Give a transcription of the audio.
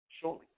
Surely